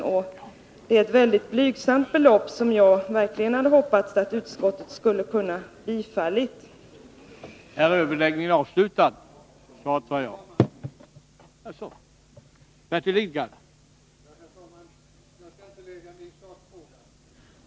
Det rör sig dessutom om ett mycket blygsamt belopp, som jag verkligen hade hoppats att utskottet skulle ha kunnat tillstyrka.